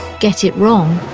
get it wrong,